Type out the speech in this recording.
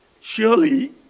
Surely